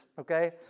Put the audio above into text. okay